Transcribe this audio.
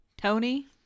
Tony